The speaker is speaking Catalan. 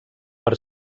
per